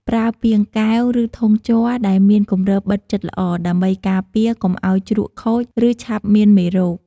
ប្រើពាងកែវ ឬធុងជ័រដែលមានគម្របបិទជិតល្អ ដើម្បីការពារកុំឱ្យជ្រក់ខូច ឬឆាប់មានមេរោគ។